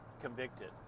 convicted